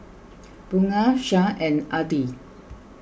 Bunga Shah and Adi